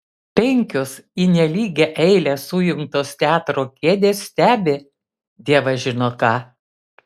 penkios į nelygią eilę sujungtos teatro kėdės stebi dievas žino ką